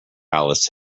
alice